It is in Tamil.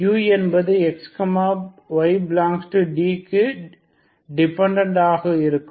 ஆகவே u என்பது xy∈D க்கு டிபெண்டன்ட் ஆக இருக்கும்